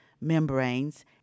membranes